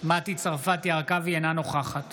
אינה נוכחת